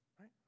right